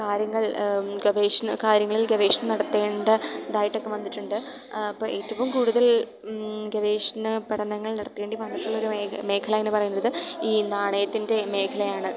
കാര്യങ്ങൾ ഗവേഷണ കാര്യങ്ങളിൽ ഗവേഷണം നടത്തേണ്ട തായിട്ടൊക്കെ വന്നിട്ടുണ്ട് അപ്പം ഏറ്റവും കൂടുതൽ ഗവേഷണ പഠനങ്ങൾ നടത്തേണ്ടി വന്നിട്ടുള്ളൊരു മേഖല എന്ന് പറയുന്നത് ഈ നാണയത്തിൻ്റെ മേഖലയാണ്